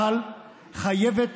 תחנה שבסופו של דבר היא חלק מצה"ל חייבת